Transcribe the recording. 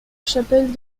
chapelle